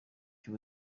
cy’u